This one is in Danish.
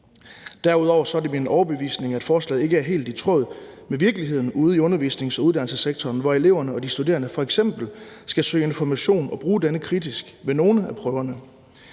Derudover er det min overbevisning, at forslaget ikke er helt i tråd med virkeligheden ude i undervisnings- og uddannelsessektoren, hvor eleverne og de studerende f.eks. skal søge information og bruge denne kritisk ved nogle af prøverne.